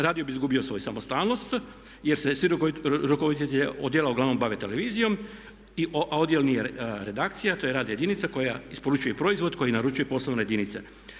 Radio bi izgubio svoju samostalnost jer se svi rukovoditelji odjela uglavnom bave televizijom a odjel nije redakcija, to je radna jedinica koja isporučuje proizvod koji naručuje poslovne jedinice.